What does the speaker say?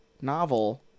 novel